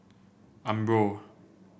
umbro